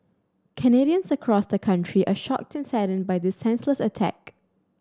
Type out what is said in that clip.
Canadians across the country are shocked and saddened by this senseless attack